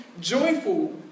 joyful